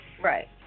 Right